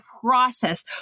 process